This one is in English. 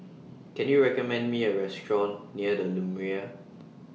Can YOU recommend Me A Restaurant near The Lumiere